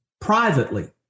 privately